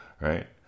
right